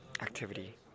activity